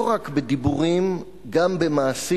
לא רק בדיבורים, גם במעשים.